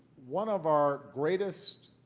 one of our greatest